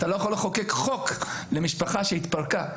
אתה לא יכול לחוקק חוק למשפחה שהתפרקה,